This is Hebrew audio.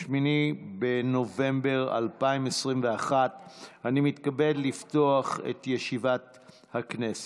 8 בנובמבר 2021. אני מתכבד לפתוח את ישיבת הכנסת.